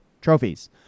trophies